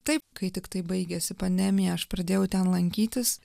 taip kai tiktai baigėsi pandemija aš pradėjau ten lankytis